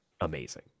amazing